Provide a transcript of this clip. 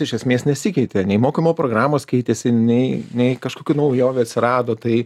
iš esmės nesikeitė nei mokymo programos keitėsi nei nei kažkokių naujovių atsirado tai